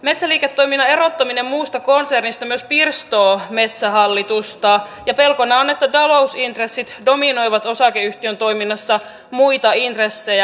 metsäliiketoiminnan erottaminen muusta konsernista myös pirstoo metsähallitusta ja pelkona on että talousintressit dominoivat osakeyhtiön toiminnassa muita intressejä